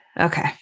Okay